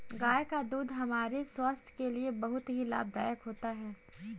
गाय का दूध हमारे स्वास्थ्य के लिए बहुत ही लाभदायक होता है